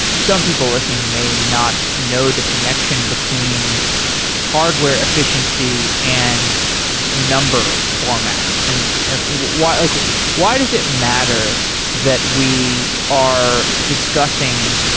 some people listening may not know the connection between hardware efficiency and number formats. and and why like why does it matter that we are discussing